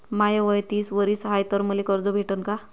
माय वय तीस वरीस हाय तर मले कर्ज भेटन का?